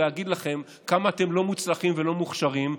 שנגיד לכם כמה אתם לא מוצלחים ולא מוכשרים.